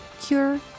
cure